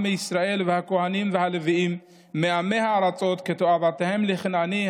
ישראל והכהנים והלויִּם מעמי הארצות כתועבֹתיהם לכנעני,